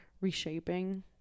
reshaping